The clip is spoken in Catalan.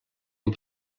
amb